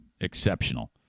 exceptional